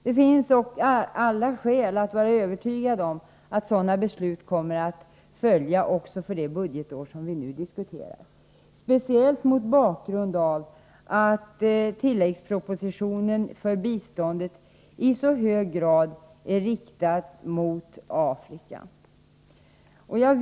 Det finns alla skäl att vara övertygad om att sådana beslut kommer att följa också för det budgetår vi nu diskuterar, speciellt mot bakgrund av att tilläggspropositionen för biståndet i så hög grad är inriktad på Afrika.